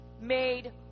made